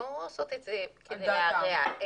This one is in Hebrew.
עושות את זה כדי להרע,